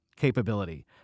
capability